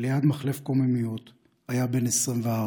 ליד מחלף קוממיות, הוא היה בן 24,